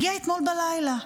הגיע אתמול בלילה,